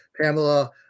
Pamela